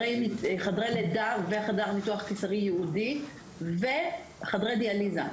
חדרי לידה וחדר ניתוח קיסרי ייעודי וחדרי דיאליזה.